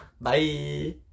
Bye